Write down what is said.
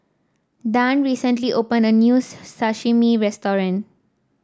Dann recently opened a new Sashimi restaurant